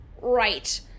Right